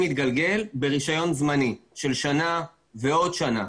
להתגלגל ברישיון זמני של שנה ועוד שנה.